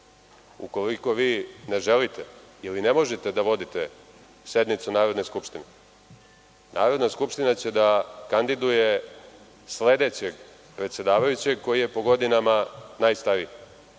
ukoliko vi ne želite ili ne možete da vodite sednicu Narodne skupštine, Narodna skupština će da kandiduje sledećeg predsedavajućeg koji je po godinama najstariji.